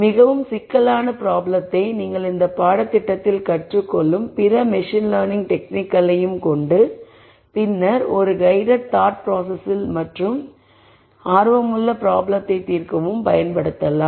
மிகவும் சிக்கலான ப்ராப்ளத்தை நீங்கள் இந்த பாடத்திட்டத்தில் கற்றுக் கொள்ளும் பிற மெஷின் லேர்னிங் டெக்னிக்களையும் கொண்டு பின்னர் இந்த கைடெட் தாக்த்ட் பிராசஸில் மற்றும் ஆர்வமுள்ள ப்ராப்ளத்தை தீர்க்கவும் பயன்படுத்தலாம்